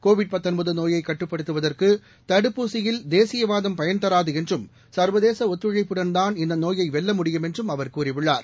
Covid நோயை கட்டுப்படுத்துவதற்கு தடுப்பூசி யில் தேசிய வாதம் பயன்தராது என்றும் சா்வதேச ஒத்துழைப்புடன்தான் இந்த நோயை வெல்ல முடியும் என்றும் அவர் கூறியுள்ளார்